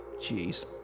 Jeez